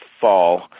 fall